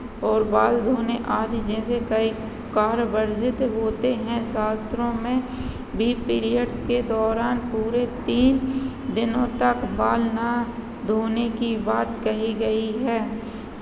और बाल धोने आदि जैसे कई कार्य वर्जित होते हैं शास्त्रों में भी पीरियड्स के दौरान पूरे तीन दिनों तक बाल ना धोने की बात कही गई है